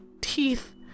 teeth